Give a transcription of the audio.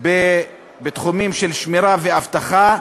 בתחומים של שמירה ואבטחה,